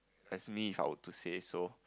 as me If I would to say so